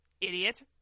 idiot